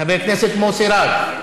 חבר הכנסת מוסי רז,